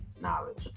knowledge